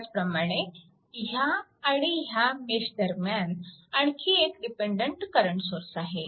त्याचप्रमाणे ह्या आणि ह्या मेश दरम्यान आणखी एक डिपेन्डन्ट करंट सोर्स आहे